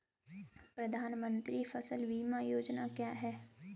प्रधानमंत्री फसल बीमा योजना क्या है?